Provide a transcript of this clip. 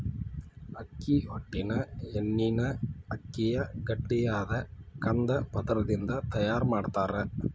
ಅಕ್ಕಿ ಹೊಟ್ಟಿನ ಎಣ್ಣಿನ ಅಕ್ಕಿಯ ಗಟ್ಟಿಯಾದ ಕಂದ ಪದರದಿಂದ ತಯಾರ್ ಮಾಡ್ತಾರ